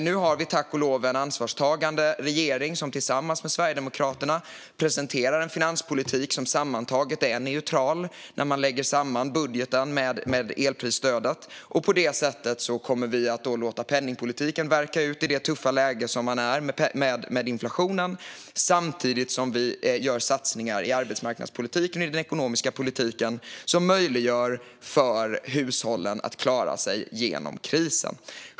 Nu har vi, tack och lov, en ansvarstagande regering som tillsammans med Sverigedemokraterna presenterar en finanspolitik som sammantaget är neutral och där man lägger samman budgeten med elprisstödet. På det sättet kommer vi att låta penningpolitiken verka ut i det tuffa läge som vi är i med inflationen, samtidigt som vi gör satsningar i arbetsmarknadspolitiken och i den ekonomiska politiken som möjliggör för hushållen att klara sig genom krisen.